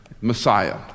Messiah